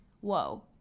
Whoa